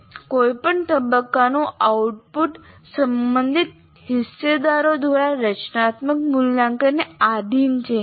કોઈપણ તબક્કાનું આઉટપુટ સંબંધિત હિસ્સેદારો દ્વારા રચનાત્મક મૂલ્યાંકનને આધિન છે